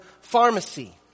pharmacy